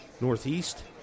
northeast